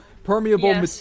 permeable